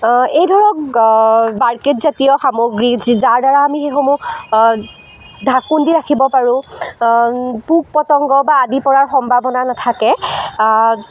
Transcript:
এই ধৰক বাকেটজাতীয় সামগ্ৰী যি যাৰ দ্বাৰা আমি সেইসমূহ ঢাকোন দি ৰাখিব পাৰোঁ পোক পতংগ বা আদি পৰাৰ সম্ভাৱনা নাথাকে